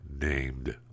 named